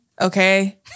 okay